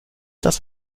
das